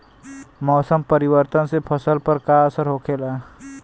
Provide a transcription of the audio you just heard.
मौसम परिवर्तन से फसल पर का असर होखेला?